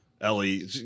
Ellie